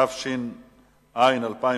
התש"ע 2010,